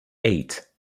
eight